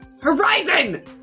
Horizon